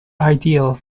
ideal